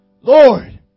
Lord